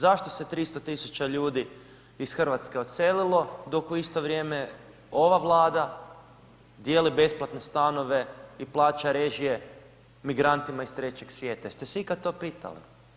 Zašto se 300 000 ljudi iz Hrvatske odselilo dok u isto vrijeme ova Vlada dijeli besplatne stanove i plaća režije migrantima iz Trećeg svijeta, jeste se ikad to pitali?